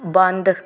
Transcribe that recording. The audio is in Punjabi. ਬੰਦ